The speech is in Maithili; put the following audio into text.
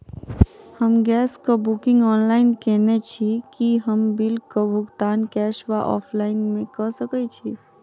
हम गैस कऽ बुकिंग ऑनलाइन केने छी, की हम बिल कऽ भुगतान कैश वा ऑफलाइन मे कऽ सकय छी?